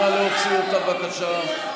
נא להוציא אותה, בבקשה.